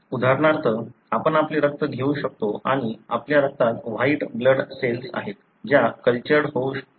उदाहरणार्थ आपण आपले रक्त घेऊ शकतो आणि आपल्या रक्तात व्हाईट ब्लड सेल्स आहेत ज्या कल्चर्ड होऊ शकतात